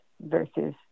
versus